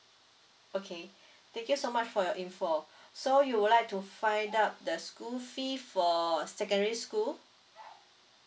okay thank you so much for your info so you would like to find out the school fee for secondary school